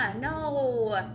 no